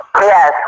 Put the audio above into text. Yes